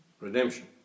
redemption